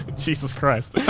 jesus christ.